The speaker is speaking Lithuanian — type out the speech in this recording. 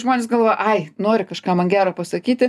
žmonės galvoja ai nori kažką man gero pasakyti